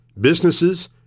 businesses